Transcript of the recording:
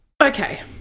Okay